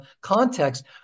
context